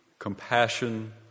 Compassion